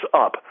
up